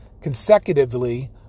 consecutively